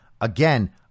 Again